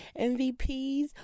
MVPs